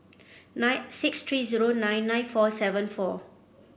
nine six three zero nine nine four seven four